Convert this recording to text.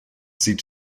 sieht